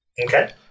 Okay